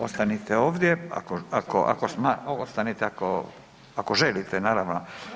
Ostanite ovdje, ostanite ako želite naravno.